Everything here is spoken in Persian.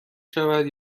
شود